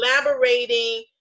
collaborating